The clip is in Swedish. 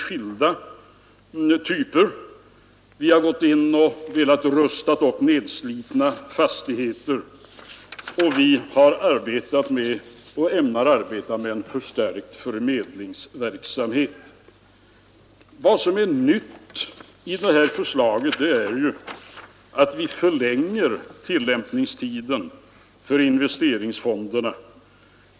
Vidare har vi velat rusta upp nedslitna fastigheter, och vi har arbetat med och ämnar arbeta med en förstärkt förmedlingsverksamhet. Vad som är nytt i det här förslaget är ju att vi förlänger tillämpningstiden för investeringsfonderna.